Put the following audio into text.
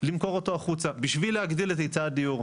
ולמכור אותו החוצה בשביל להגדיל את היצע הדיור.